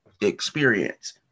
experience